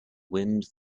wind